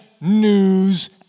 news